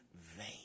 vain